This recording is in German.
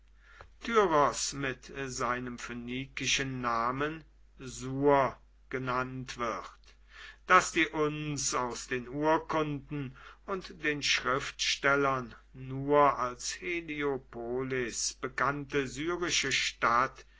mit seinem phönikischen namen sur genannt wird daß die uns aus den urkunden und den schriftstellern nur als heliopolis bekannte syrische stadt